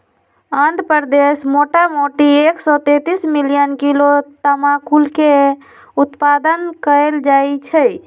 आंध्र प्रदेश मोटामोटी एक सौ तेतीस मिलियन किलो तमाकुलके उत्पादन कएल जाइ छइ